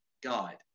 God